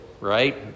right